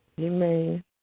Amen